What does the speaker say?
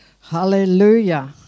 Hallelujah